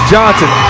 Johnson